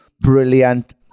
brilliant